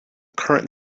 current